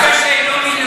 אתה מערב מין שאינו מינו.